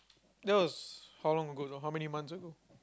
that was how long ago or how many months ago